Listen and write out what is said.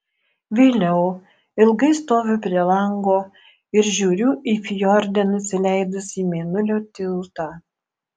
vėliau ilgai stoviu prie lango ir žiūriu į fjorde nusileidusį mėnulio tiltą